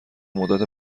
مدت